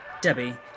Debbie